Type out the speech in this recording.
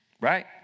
right